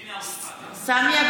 בעד יאיר